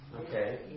Okay